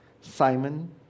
Simon